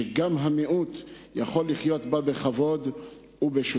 שגם המיעוט יכול לחיות בה בכבוד ובשותפות.